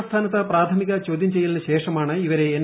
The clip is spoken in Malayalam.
ആസ്ഥാനത്ത് പ്രാഥമിക ചോദ്യം ചെയ്യലിനു ശേഷമാണ് ഇവരെ എൻ